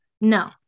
No